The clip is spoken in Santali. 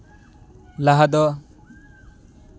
ᱞᱟᱦᱟ ᱫᱚ